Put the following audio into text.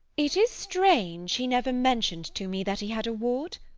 it is strange he never mentioned to me that he had a ward.